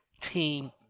team